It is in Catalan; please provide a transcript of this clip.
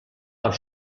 per